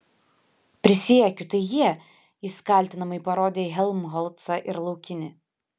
prisiekiu tai jie jis kaltinamai parodė į helmholcą ir laukinį